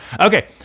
okay